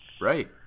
Right